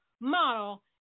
model